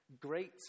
Great